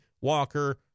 Walker